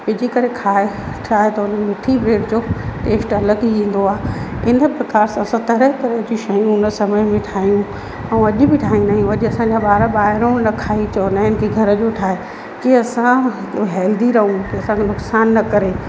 विझी करे खाए छाहे त उन मिठी ब्रेड जो टेस्ट अलॻि ई ईंदो आहे पंहिंजा प्रकार असां तरह तरह जी शयूं उन समय में ठाहियूं ऐं अॼु बि ठाहींदा आहियूं अॼु बि असांजा ॿार ॿाहिरों न खाई चवंदा आहिनि कि घर जूं ठाहे कि असां हैल्दी रहूं कि असां नुक़सान न करे